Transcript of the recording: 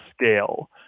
scale